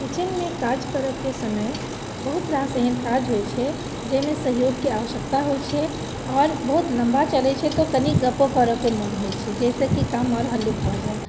किचनमे काज करय के समय बहुत रास एहन काज होइत छै जाहिमे सहयोगके आवश्यक्ता होइत छै आओर बहुत लम्बा चलैत छै तऽ कनि गप्पो करय के मोन होइत छै जाहिसँ कि काम आओर हल्लुक भऽ जाए